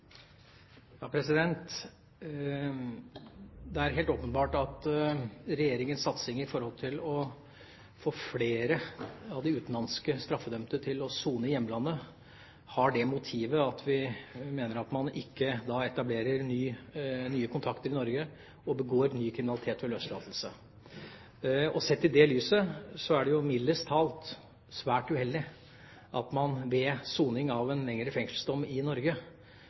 Det er helt åpenbart at Regjeringas satsing på å få flere av de utenlandske straffedømte til å sone i hjemlandet har det motivet at vi mener at man da ikke etablerer nye kontakter i Norge og begår ny kriminalitet ved løslatelse. Sett i det lyset er det mildest talt svært uheldig at man ved soning av en lengre fengselsdom i Norge